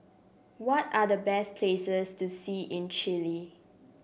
what are the best places to see in Chile